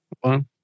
One